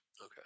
Okay